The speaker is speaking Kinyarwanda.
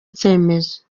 icyemezo